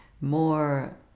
more